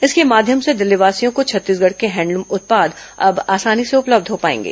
इसके माध्यम से दिल्लीवासियों को छत्तीसगढ़ के हैंडलूम उत्पाद अब आसानी से उपलब्ध हो पाएंगे